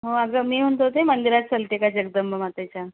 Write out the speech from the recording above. हो अगं मी म्हणत होती मंदिरात चलते का जगदंबा मातेच्या